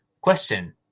question